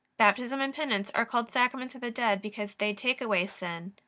baptism and penance are called sacraments of the dead, because they take away sin,